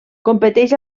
competeix